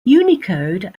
unicode